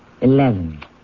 Eleven